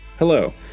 Hello